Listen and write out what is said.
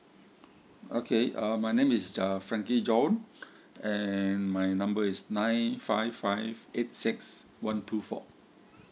okay um my name is uh frankie john and my number is nine five five eight six one two four